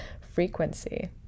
frequency